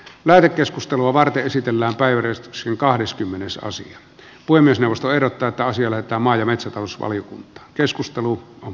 meillä keskustelua varten esitellään päivystyksen kahdeskymmenes osia voi myös nousta erottaa sillä että maa ja metsätalousvaliokunta keskustelu on